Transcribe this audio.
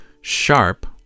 sharp